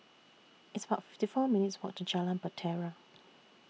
It's about fifty four minutes' Walk to Jalan Bahtera